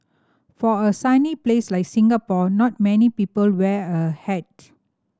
for a sunny place like Singapore not many people wear a hat